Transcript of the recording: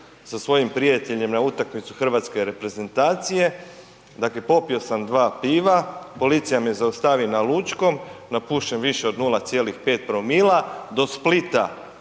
sa svojim prijateljem na utakmicu hrvatske reprezentacije dakle popio sam dva piva, policija me zaustavi na Lučkom, napušem više od 0,5 promila, do Splita